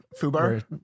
fubar